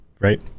right